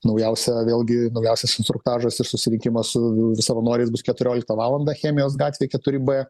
naujausią vėlgi naujausias instruktažas ir susirinkimas su savanoriais bus keturioliktą valandą chemijos gatvėj keturi b